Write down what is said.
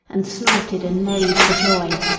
and snorted and neighed for joy,